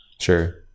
Sure